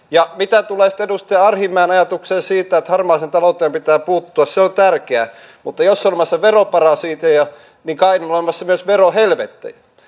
ja mitä tulee sitten edustaja arhinmäen ajatukseen siitä että harmaaseen talouteen pitää puuttua se on tärkeää mutta jos on olemassa veroparatiiseja niin kai on olemassa myös verohelvettejä